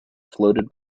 floated